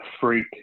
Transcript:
freak